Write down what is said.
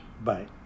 Bye